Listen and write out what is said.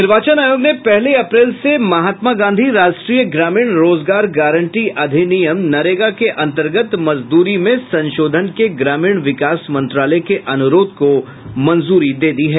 निर्वाचन आयोग ने पहली अप्रैल से महात्मा गांधी राष्ट्रीय ग्रामीण रोजगार गारंटी अधिनियम मनरेगा के अंतर्गत मजदूरी में संशोधन के ग्रामीण विकास मंत्रालय के अनुरोध को मंजूरी दे दी है